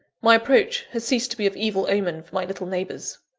my approach has ceased to be of evil omen for my little neighbours.